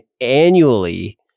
annually